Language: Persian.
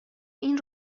این